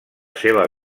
seva